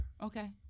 Okay